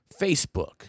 facebook